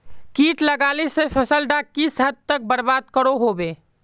किट लगाले से फसल डाक किस हद तक बर्बाद करो होबे?